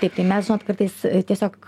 taip tai mes žinot kartais tiesiog